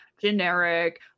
generic